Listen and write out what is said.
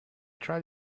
tried